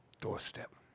doorstep